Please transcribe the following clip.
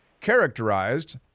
characterized